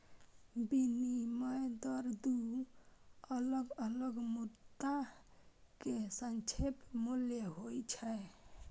विनिमय दर दू अलग अलग मुद्रा के सापेक्ष मूल्य होइ छै